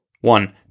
One